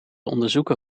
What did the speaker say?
onderzoeken